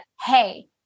hey